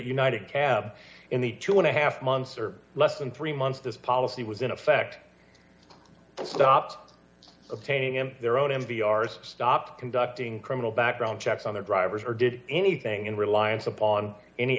united cab in the two and a half months or less than three months this policy was in effect stop obtaining in their own m v arced stop conducting criminal background checks on their drivers or did anything in reliance upon any